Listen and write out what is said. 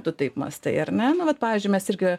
tu taip mąstai ar ne nu vat pavyzdžiui mes irgi